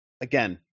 Again